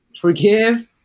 Forgive